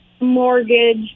mortgage